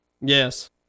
Yes